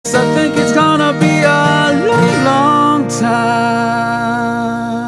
♪ I think it's gonna be a long, long time ♪